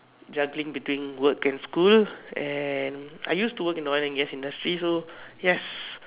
juggling between work and school and I used to work in the oil and gas industry so yes